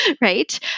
right